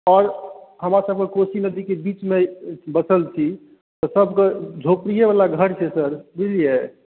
आओर हमरा सभके कोशी नदीके बीचमे बसल छी तऽ सभके झोपड़िए वाला घर छै सर बुझलियै